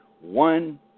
one